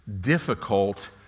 difficult